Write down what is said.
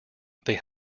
they